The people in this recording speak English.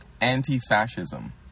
anti-fascism